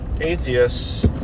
atheists